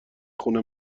خونه